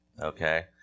okay